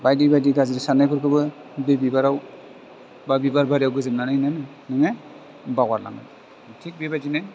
बाइदि बाइदि गाज्रि साननाइफोरखौबो बि बिबारआव बा बिबाराव गोजोननानैनो नोङो बावगारलाङो थिक बेबायदिनो